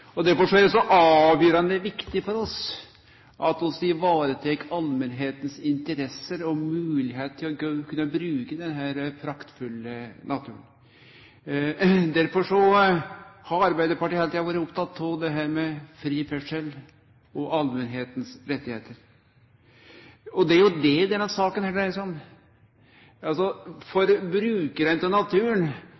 natur! Derfor er det så avgjerande viktig for oss at vi tek vare på allmentas interesser og moglegheiter for å kunne bruke denne praktfulle naturen, og derfor har Arbeidarpartiet heile tida vore oppteke av fri ferdsel og allmentas rettar. Det er jo det denne saka dreier seg om. For